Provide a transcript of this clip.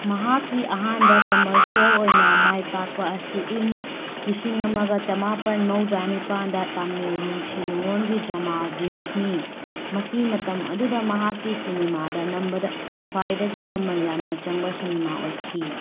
ꯃꯍꯥꯛꯀꯤ ꯑꯍꯥꯟꯕ ꯀꯃꯔꯁꯤꯌꯦꯜ ꯑꯣꯏꯅ ꯃꯥꯏꯄꯥꯛꯄ ꯑꯁꯤ ꯏꯪ ꯂꯤꯁꯤꯡ ꯑꯃꯒ ꯆꯃꯥꯄꯜ ꯃꯧꯗ꯭ꯔꯥ ꯅꯤꯄꯥꯜꯗ ꯇꯥꯃꯤꯜ ꯅꯨꯡꯁꯤ ꯅꯨꯉꯣꯜꯒꯤ ꯗ꯭ꯔꯃꯥ ꯖꯤꯟꯁꯅꯤ ꯃꯁꯤ ꯃꯇꯝ ꯑꯗꯨꯗ ꯃꯍꯥꯛꯀꯤ ꯁꯤꯅꯦꯃꯥꯗ ꯅꯝꯕꯗ ꯈ꯭ꯋꯥꯏꯗꯒꯤ ꯃꯃꯜ ꯌꯥꯝꯅ ꯆꯪꯕ ꯁꯤꯅꯤꯃꯥ ꯑꯣꯏꯈꯤ